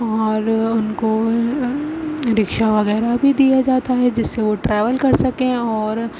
اور ان کو رکشا وغیرہ بھی دیا جاتا ہے جس سے وہ ٹریول کر سکیں اور